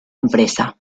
empresa